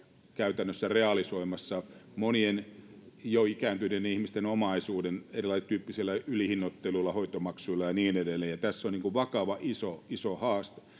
käytännössä realisoimassa monien jo ikääntyneiden ihmisten omaisuuden erityyppisillä ylihinnoitteluilla hoitomaksuilla ja niin edelleen ja tässä on vakava iso iso haaste